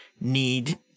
need